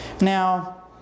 now